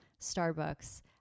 Starbucks